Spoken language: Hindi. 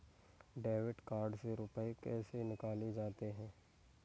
डेबिट कार्ड से रुपये कैसे निकाले जाते हैं?